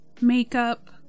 makeup